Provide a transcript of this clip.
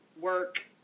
work